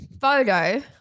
photo